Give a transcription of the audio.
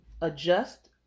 adjust